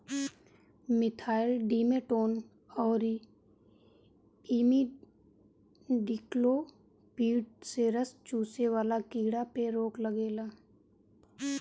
methyl demeton अउरी imidacloprid से रस चुसे वाला कीड़ा पे रोक लागेला